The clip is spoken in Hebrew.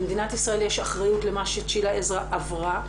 למדינת ישראל יש אחריות למה שצ'ילה עזרא עברה,